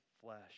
flesh